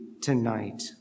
tonight